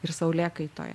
ir saulėkaitoje